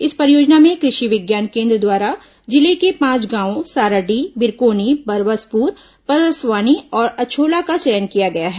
इस परियोजना में कृषि विज्ञान केन्द्र द्वारा जिले के पांच गांवों साराडीह बिरकोनी बरबसपुर परसवानी और अछोला का चयन किया गया है